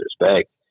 respect